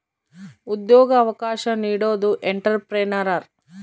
ಉದ್ಯೋಗ ಅವಕಾಶ ನೀಡೋದು ಎಂಟ್ರೆಪ್ರನರ್